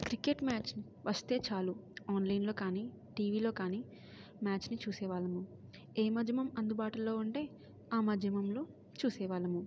cricket match వస్తే చాలు ఆన్లైన్లో కానీ టీవిలో కానీ మ్యాచ్ని చూసే వాళ్ళము ఏ మాధ్యమం అందుబాటులో ఉంటే ఆ మాధ్యమంలో చూసేవాళ్ళము